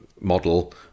model